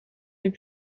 les